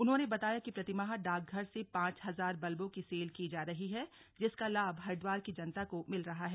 उन्होने बताया कि प्रतिमाह डाकघर से पांच हजार बल्बों की सेल की जा रही है जिसका लाभ हरिद्वार की जनता को मिल रहा है